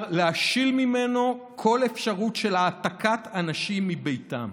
להשיל ממנו כל אפשרות של העתקת אנשים מביתם,